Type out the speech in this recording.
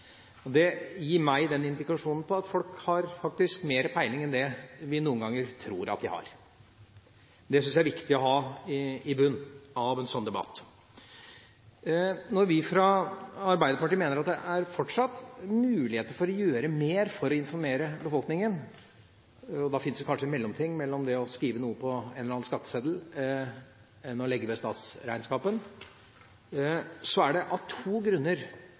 og skattene som sådanne. Det gir meg en indikasjon på at folk faktisk har mer peiling enn det vi noen ganger tror at de har. Det syns jeg er viktig å ha i bunnen i en slik debatt. Når vi fra Arbeiderpartiet mener at det fortsatt er muligheter for å gjøre mer for å informere befolkningen – og da finnes det kanskje en mellomting mellom å skrive noe på en eller annen skatteseddel og å legge ved statsregnskapet – er det to grunner